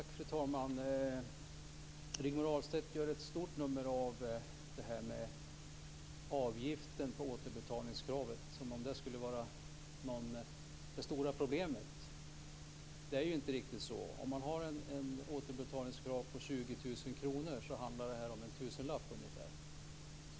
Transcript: Fru talman! Rigmor Ahlstedt gör ett stort nummer av frågan om avgiften på återbetalningskravet, som om det skulle vara det stora problemet. Det är ju inte riktigt så. Om man har ett återbetalningskrav på 20 000 kr, handlar det om en tusenlapp ungefär.